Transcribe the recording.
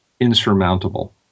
insurmountable